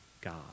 God